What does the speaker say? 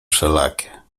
wszelakie